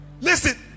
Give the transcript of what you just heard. listen